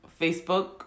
Facebook